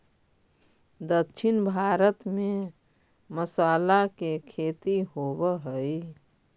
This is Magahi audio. दक्षिण भारत में मसाला के खेती होवऽ हइ